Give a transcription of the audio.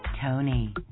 Tony